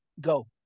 Go